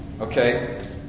Okay